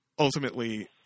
Ultimately